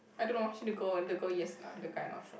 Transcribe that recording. I don't know she the girl and the girl yes the guy not sure